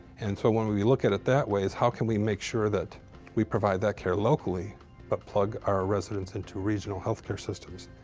and so, when we we look at it that way, is how can we make sure we provide that care locally but plug our residents into regional health care systems.